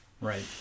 Right